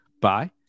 bye